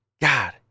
God